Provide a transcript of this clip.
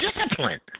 discipline